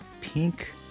pink